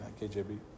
KJB